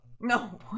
No